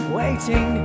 waiting